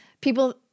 People